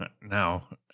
Now